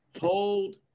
Hold